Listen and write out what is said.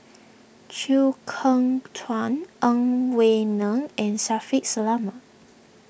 Chew Kheng Chuan Ang Wei Neng and Shaffiq Selamat